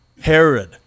Herod